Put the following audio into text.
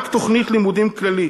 רק תוכנית לימודית כללית,